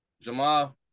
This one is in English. Jamal